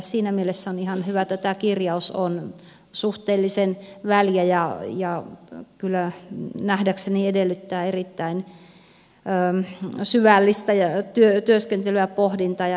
siinä mielessä on ihan hyvä että tämä kirjaus on suhteellisen väljä ja nähdäkseni se kyllä edellyttää erittäin syvällistä työskentelyä ja pohdintaa